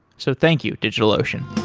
so thank you, digitalocean